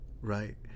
right